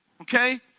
Okay